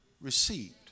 received